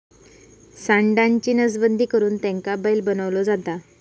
सांडाची नसबंदी करुन त्याका बैल बनवलो जाता